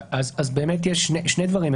אז באמת יש שני דברים.